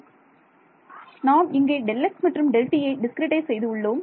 மாணவர் நாம் இங்கே Δx மற்றும் Δtயை டிஸ்கிரிட்டைஸ் செய்து உள்ளோம்